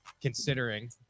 considering